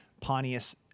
Pontius